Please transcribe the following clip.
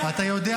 אתה,